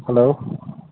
hello